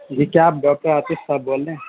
جی کیا آپ ڈاکٹر عاطف صاحب بول رہے ہیں